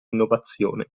innovazione